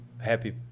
happy